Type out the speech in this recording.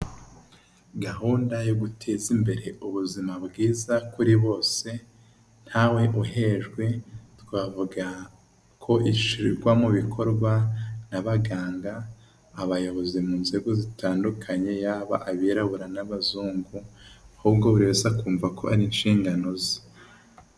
Gahunda yo guteza imbere ubuzima bwiza kuri bose ntawe uhejwe twavuga ko ishyirwa mu bikorwa n'abaganga, abayobozi mu nzego zitandukanye yaba abirabura n'abazungu, ahubwo buri wese akumva ko ari inshingano ze.